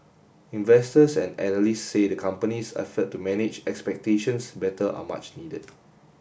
investors and analysts say the company's effort to manage expectations better are much needed